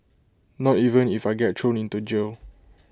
not even if I get thrown into jail